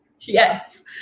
Yes